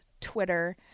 Twitter